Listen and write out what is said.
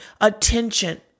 attention